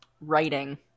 Writing